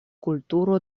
kulturo